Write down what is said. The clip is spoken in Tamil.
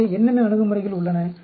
எனவே என்னென்ன அணுகுமுறைகள் உள்ளன